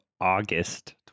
august